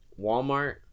Walmart